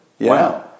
Wow